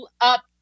up